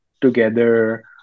together